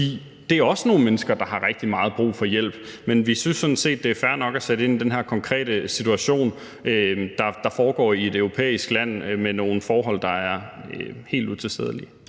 det er også nogle mennesker, der har rigtig meget brug for hjælp. Men vi synes sådan set, det er fair nok at sætte ind i den her konkrete situation, der er i et europæisk land med nogle forhold, der er helt utilstedelige.